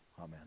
Amen